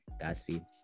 godspeed